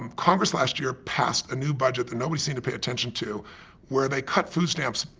um congress last year passed a new budget that nobody seemed to pay attention to where they cut food stamps,